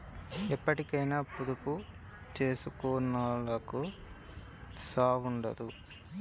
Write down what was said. ఎప్పటికైనా పొదుపు జేసుకునోళ్లకు సావుండదు